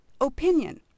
Opinion